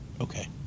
Okay